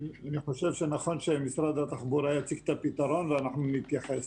חושב שנכון שמשרד התחבורה יציג את הפתרון ואנחנו נתייחס.